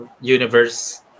Universe